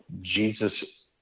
jesus